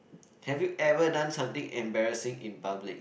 have you ever done something embarrassing in public